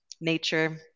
nature